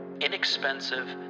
Inexpensive